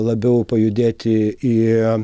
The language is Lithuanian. labiau pajudėti į